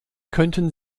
könnten